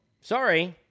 Sorry